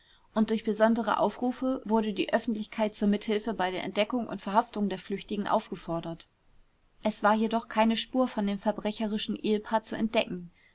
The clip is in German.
und durch besondere aufrufe wurde die öffentlichkeit zur mithilfe bei der entdeckung und verhaftung der flüchtigen aufgefordert es war jedoch keine spur von dem verbrecherischen ehepaar zu entdecken